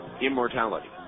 Immortality